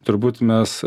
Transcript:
turbūt mes